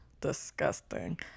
disgusting